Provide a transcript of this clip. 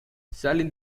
salen